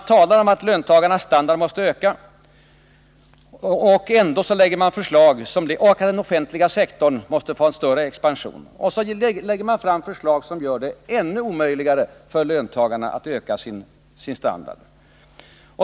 Man talar om att löntagarnas standard måste öka och att den offentliga sektorn måste expandera, och så lägger man fram förslag som gör det omöjligt för löntagarna att höja sin standard.